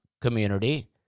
community